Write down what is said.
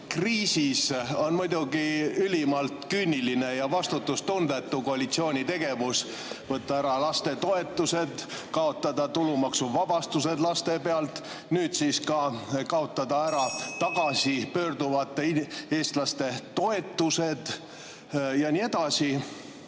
kriisis on muidugi ülimalt küüniline ja vastutustundetu koalitsiooni tegevus: võtta ära lastetoetused, kaotada tulumaksuvabastused laste pealt, nüüd siis ka kaotada ära tagasipöörduvate eestlaste toetused ja nii edasi.